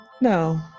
No